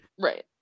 Right